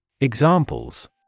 Examples